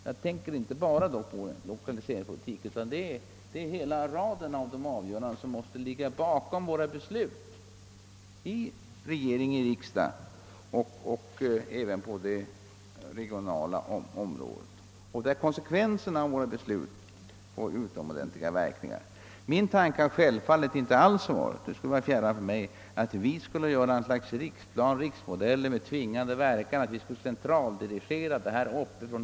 Jag tänker då inte bara på lokaliseringspolitiken utan på alla de avgöranden som måste ligga bakom besluten i regering och riksdag och även besluten regionalt samt på de konsekvenser våra beslut får där. Min tanke är självfallet inte alls att vi skulle göra upp något slags riksplan eller en riksmodell med tvingande verkan eller att vi skulle centraldirigera allting uppifrån.